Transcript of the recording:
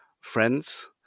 friends